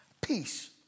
peace